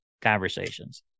conversations